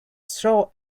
straw